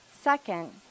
Second